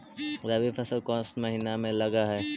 रबी फसल कोन महिना में लग है?